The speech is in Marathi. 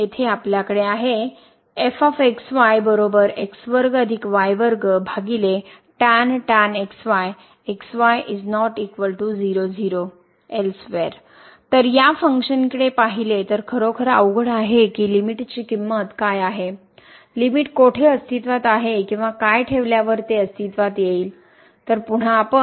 येथे आपल्याकडे आहे तर या फंक्शनकडे पाहिले तर खरोखर अवघड आहे की लिमिट ची किंमत काय आहेलिमिट कोठे अस्तित्वात आहे किंवा काय ठेवल्यावर ते अस्तित्वात येईल